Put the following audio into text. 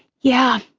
yeah.